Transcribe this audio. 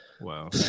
Wow